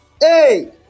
hey